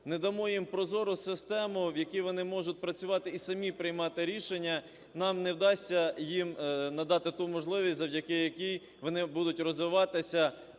не дамо їм прозору систему, в якій вони можуть працювати і самі приймати рішення, нам не вдасться їм надати ту можливість, завдяки якій вони будуть розвиватися,